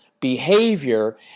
behavior